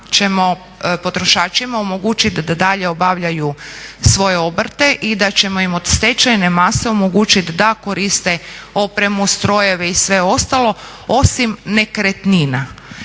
potrošačima omogućiti da dalje obavljaju svoje obrte i da ćemo im od stečajne mase omogućiti da koriste opremu, strojeve i sve ostalo osim nekretnina.